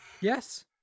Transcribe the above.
Yes